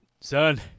Son